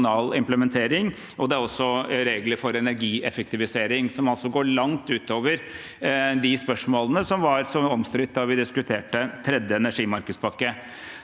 også regler for energieffektivisering som går langt utover de spørsmålene som var så omstridt da vi diskuterte tredje energimarkedspakke.